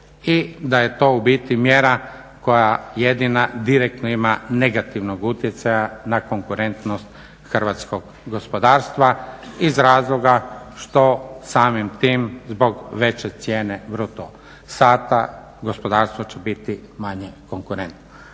i da je to u biti mjera koja jedina direktno ima negativnog utjecaja na konkurentnost hrvatskog gospodarstva iz razloga što samim tim zbog veće cijene bruto sata gospodarstvo će biti manje konkurentno.